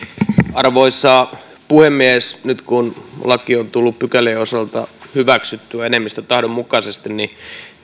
arvoisa puhemies nyt kun laki on tullut pykälien osalta hyväksyttyä enemmistön tahdon mukaisesti